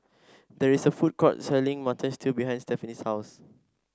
there is a food court selling Mutton Stew behind Stefanie's house